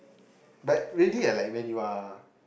but really leh when you are